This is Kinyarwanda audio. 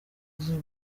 izuba